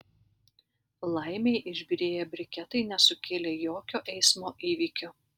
laimei išbyrėję briketai nesukėlė jokio eismo įvykio